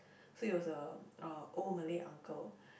so it was a uh old Malay uncle